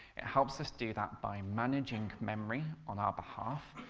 helps us do that by managing memory on our behalf,